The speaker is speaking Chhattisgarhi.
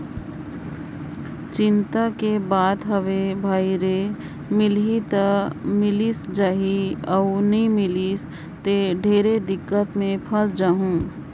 चिंता कर बात हवे भई रे मिलही त मिलिस जाही अउ नई मिलिस त ढेरे दिक्कत मे फंयस जाहूँ